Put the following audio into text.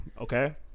Okay